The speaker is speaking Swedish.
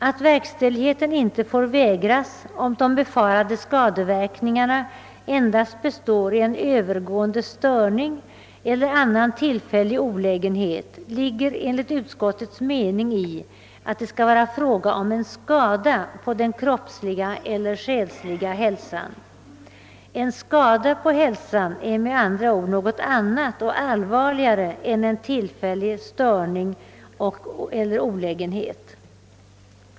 Att verkställigheten inte får vägras, om de befarade skadeverkningarna endast består i en övergående störning eller annan tillfällig olägenhet, ligger enligt utskottets mening i att det skall vara fråga om en skada på den kroppsliga eller själsliga hälsan. En skada på hälsan är med andra ord något annat och allvarligare än en tillfällig störning eller olägenhet.